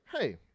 hey